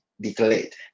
declared